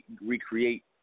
recreate